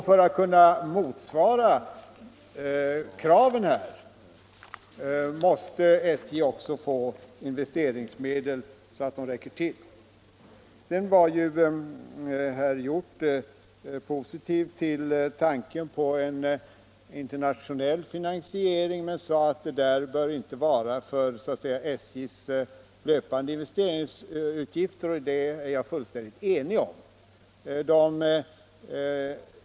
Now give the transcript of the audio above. För att kunna motsvara kraven måste SJ också få investeringsmedel som räcker till. Herr Hjorth var positiv till tanken på en internationell finansiering men sade, att en sådan inte bör användas för SJ:s löpande investeringsutgifter. Det är jag fullständigt överens med honom om.